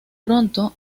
pronto